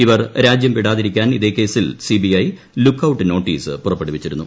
ഇവർ രാജ്യം വിടാതിരിക്കാൻ ഇതേകേസിൽ C B I look out notice പുറപ്പെടുവിച്ചിരുന്നു